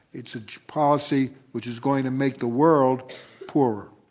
it's a policy which is going to make the world poorer.